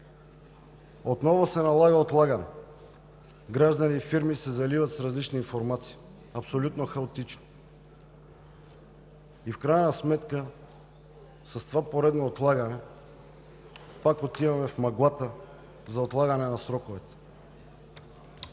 Отново се налага отлагане. Граждани и фирми се заливат с различна информация абсолютно хаотично. В крайна сметка с това поредно отлагане пак отиваме в мъглата за отлагане на сроковете.